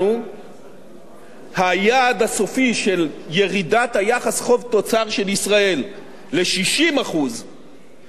היעד הסופי של ירידת היחס חוב תוצר של ישראל ל-60% בשנת 2020,